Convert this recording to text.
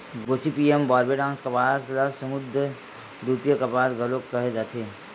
Gossypium बारबेडॅन्स कपास ल समुद्दर द्वितीय कपास घलो केहे जाथे